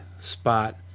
Spot